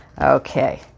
Okay